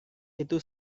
itu